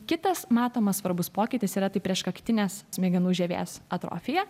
kitas matomas svarbus pokytis yra taip prieš kaktinės smegenų žievės atrofija